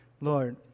Lord